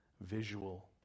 visual